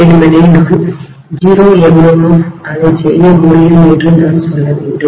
வெறுமனே நான் 0 MMFஅதை செய்ய முடியும் என்று நான் சொல்ல வேண்டும்